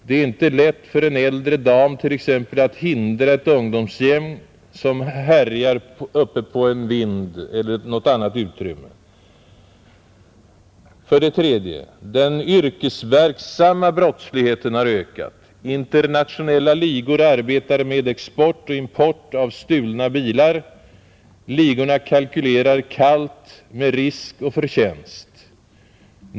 Det är inte lätt för t.ex. en äldre dam att hindra ett ungdomsgäng som härjar uppe på en vind eller i något annat utrymme. För det tredje: Den yrkesverksamma brottsligheten har ökat. Internationella ligor arbetar med export och import av stulna bilar. Ligorna kalkylerar kallt med risk och förtjänst.